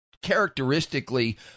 Characteristically